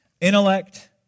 intellect